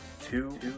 two